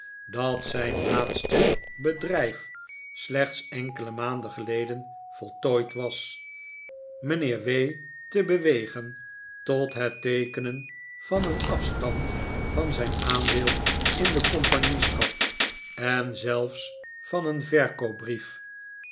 dat zijn laatste bedrijf slechts enkele maanden geleden voltooid was mijnheer w te bewegen tot het teekenen van een afstand van zijn aandeel in de compagnieschap en zelfs van een verkoopbrief